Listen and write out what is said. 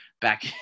back